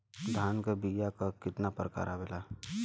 धान क बीया क कितना प्रकार आवेला?